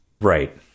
Right